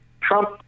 Trump